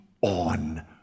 on